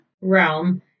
realm